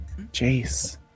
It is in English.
Jace